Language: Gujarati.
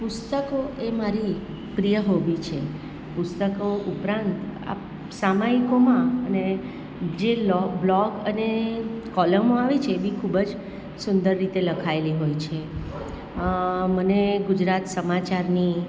પુસ્તકો એ મારી પ્રિય હોબી છે પુસ્તકો ઉપરાંત આપ સામાયિકોમાં અને જે બ્લોગ અને કોલમો આવી છે એ બી ખૂબ જ સુંદર રીતે લખાયેલી હોય છે મને ગુજરાત સમાચારની